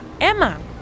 Emma